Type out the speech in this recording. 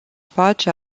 face